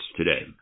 today